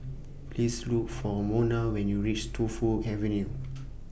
Please Look For Monna when YOU REACH Tu Fu Avenue